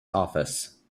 office